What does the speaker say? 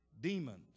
demons